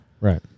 Right